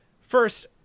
first